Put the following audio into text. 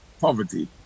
poverty